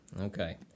Okay